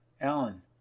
Alan